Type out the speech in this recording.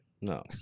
No